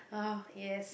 orh yes